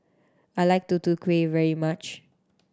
I like Tutu Kueh very much